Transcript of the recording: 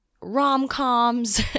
rom-coms